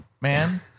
Man